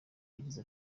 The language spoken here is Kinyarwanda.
yagize